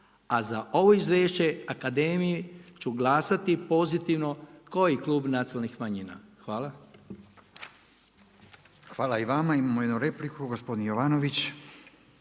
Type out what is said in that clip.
a za ovu izvješće Akademije ću glasati pozitivno ko i Klub nacionalnih manjina. Hvala. **Radin, Furio (Nezavisni)** Hvala i vama. Imamo jednu repliku, gospodin Jovanović.